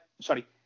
Sorry